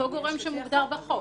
אותו גורם שמוגדר בחוק.